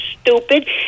stupid